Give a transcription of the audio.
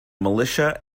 militia